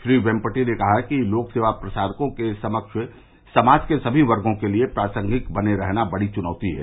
श्री वेम्पटि ने कहा कि लोक सेवा प्रसारकों के समक्ष समाज के सभी वर्गो के लिए प्रासंगिक बने रहना बड़ी चुनौती है